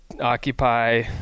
occupy